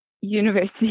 university